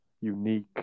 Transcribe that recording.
unique